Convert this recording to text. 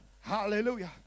hallelujah